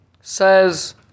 says